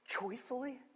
joyfully